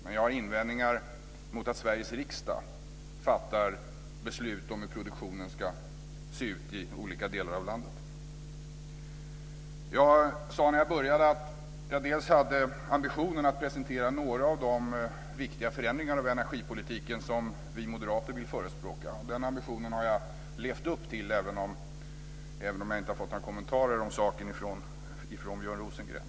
Men jag har invändningar mot att Sveriges riksdag fattar beslut om hur produktionen ska se ut i olika delar av landet. I mitt inledningsanförande hade jag ambitionen att presentera några av de viktiga förändringar av energipolitiken som vi moderater förespråkar. Den ambitionen har jag levt upp till, även om jag inte har fått några kommentarer om saken från Björn Rosengren.